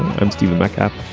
i'm stephen mecca.